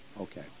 okay